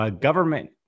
Government